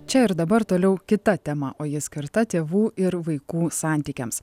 čia ir dabar toliau kita tema o jis karta tėvų ir vaikų santykiams